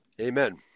Amen